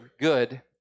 good